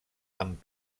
amb